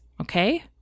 Okay